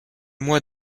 mois